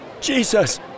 Jesus